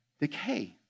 Decay